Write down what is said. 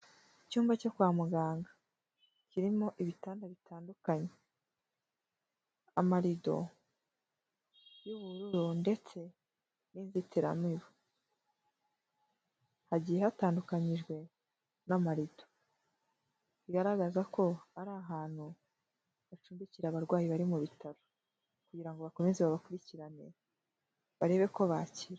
Icyumba cyo kwa muganga kirimo ibitanda bitandukanye, amarido y'ubururu ndetse n'inzitiramibu. Hagiye hatandukanyijwe n’amarido bigaragaza ko ari ahantu bacumbikira abarwayi bari mu bitaro, kugira ngo bakomeze babakurikirane, barebe ko bakira.